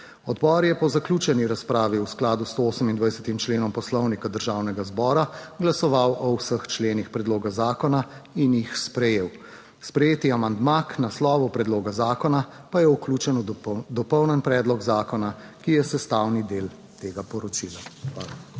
Odbor je po zaključeni razpravi v skladu z 128. členom Poslovnika Državnega zbora glasoval o vseh členih predloga zakona in jih sprejel. Sprejeti amandma k naslovu predloga zakona pa je vključen v dopolnjen predlog zakona, ki je sestavni del tega poročila. Hvala.